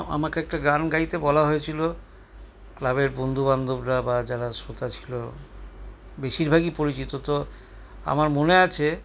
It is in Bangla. আমাকে একটা গান গাইতে বলা হয়েছিল ক্লাবের বন্ধুবান্ধবরা বা যারা শ্রোতা ছিল বেশিরভাগই পরিচিত তো আমার মনে আছে